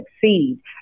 succeed